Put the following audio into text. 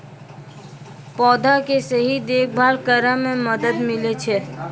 पौधा के सही देखभाल करै म मदद मिलै छै